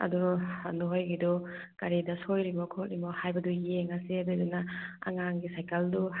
ꯑꯗꯨ ꯅꯣꯏꯒꯤꯗꯨ ꯀꯔꯤꯗ ꯁꯣꯏꯔꯤꯅꯣ ꯈꯣꯠꯂꯤꯅꯣ ꯍꯥꯏꯕꯗꯨ ꯌꯦꯡꯉꯁꯦ ꯑꯗꯨꯗꯨꯅ ꯑꯉꯥꯡꯒꯤ ꯁꯥꯏꯀꯜꯗꯣ